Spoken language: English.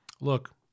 Look